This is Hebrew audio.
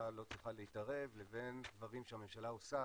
לא צריכה להתערב לבין דברים שהממשלה עושה,